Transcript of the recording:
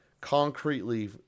concretely